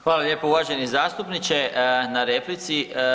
Hvala lijepo uvaženi zastupniče na replici.